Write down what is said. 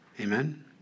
Amen